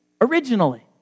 Originally